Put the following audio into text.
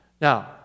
Now